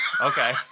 Okay